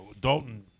Dalton